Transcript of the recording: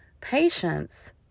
patience